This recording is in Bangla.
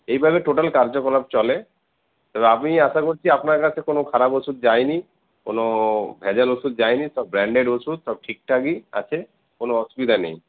এইভাবে টোটাল কার্যকলাপ চলে তবে আমি আশা করছি আপনার কাছে কোন খারাপ ওষুধ যায়নি কোন ভ্যাজাল ওষুধ যায়নি সব ব্রান্ডেড ওষুধ সব ঠিকঠাকই আছে কোন অসুবিধা নেই